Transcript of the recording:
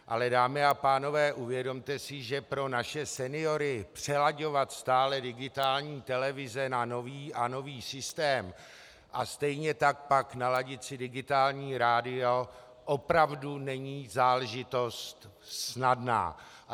Ale dámy a pánové, uvědomte si, že pro naše seniory přelaďovat stále digitální televize na nový a nový systém a stejně tak pak naladit si digitální rádio opravdu není záležitost snadná.